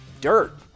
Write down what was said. dirt